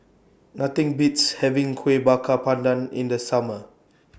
Nothing Beats having Kuih Bakar Pandan in The Summer